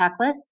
checklist